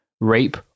rape